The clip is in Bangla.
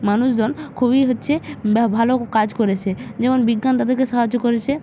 মানুষজন খুবই হচ্ছে ভালো কাজ করেছে যেমন বিজ্ঞান তাদেরকে সাহায্য করেছে